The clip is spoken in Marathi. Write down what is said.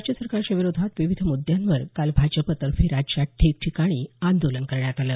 राज्यसरकारच्या विरोधात विविध मुद्यांवर काल भाजपतर्फे राज्यात ठिकठिकाणी आंदोलन करण्यात आलं